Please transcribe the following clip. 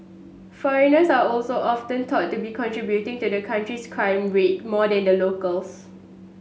foreigners are also often thought to be contributing to the country's crime rate more than the locals